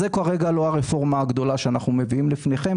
זאת לא הרפורמה שאנחנו מביאים לפניכם,